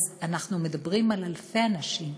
אנחנו מדברים על אלפי אנשים.